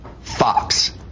Fox